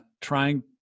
trying